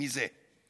מזה.